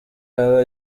aba